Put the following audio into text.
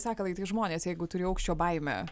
sakalai tai žmonės jeigu turi aukščio baimę